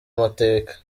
mateka